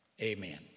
Amen